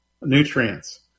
nutrients